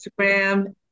Instagram